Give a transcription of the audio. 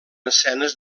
escenes